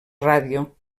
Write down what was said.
ràdio